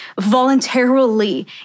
voluntarily